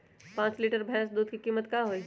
पाँच लीटर भेस दूध के कीमत का होई?